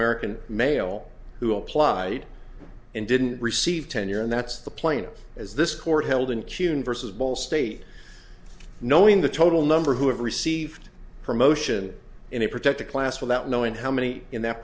american male who applied and didn't receive tenure and that's the plaintiff as this court held in kunar versus ball state knowing the total number who have received promotion in a protected class without knowing how many in th